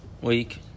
week